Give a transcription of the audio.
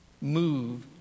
move